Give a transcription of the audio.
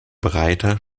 breiter